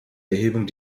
erhebung